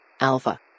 Alpha